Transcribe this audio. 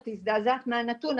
את מזדעזעת מהנתון,